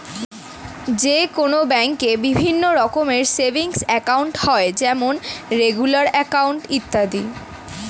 যে কোনো ব্যাঙ্কে বিভিন্ন রকমের সেভিংস একাউন্ট হয় যেমন রেগুলার অ্যাকাউন্ট, ইত্যাদি